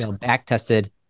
back-tested